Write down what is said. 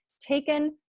Taken